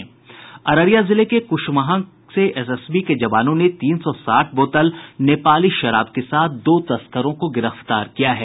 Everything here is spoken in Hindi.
अररिया जिले के कुशमाहां से एसएसबी के जवानों ने तीन सौ साठ बोतल नेपाली शराब के साथ दो तस्करों को गिरफ्तार किया है